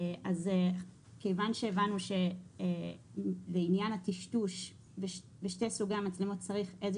אז כיוון שהבנו שלעניין הטשטוש בשני סוגי המצלמות צריך איזה